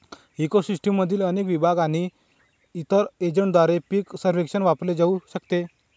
eco सिस्टीममधील अनेक विभाग आणि इतर एजंटद्वारे पीक सर्वेक्षण वापरले जाऊ शकते